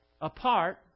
apart